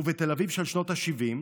ובתל אביב של שנות השבעים,